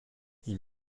ils